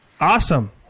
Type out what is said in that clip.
Awesome